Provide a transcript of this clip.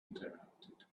interrupted